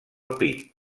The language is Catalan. pit